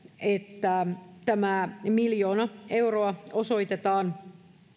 että tämä miljoona euroa osoitetaan